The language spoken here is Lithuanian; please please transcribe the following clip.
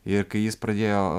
ir kai jis pradėjo